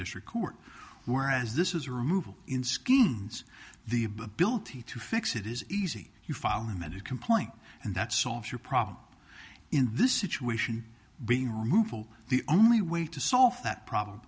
district court whereas this was a removal in skins the ability to fix it is easy you fall amended complaint and that solves your problem in this situation but in removal the only way to solve that problem